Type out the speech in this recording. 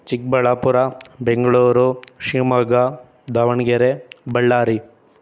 Chikkaballapur Bengaluru Shivamogga Davanagere Ballari